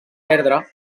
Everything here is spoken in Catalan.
perdre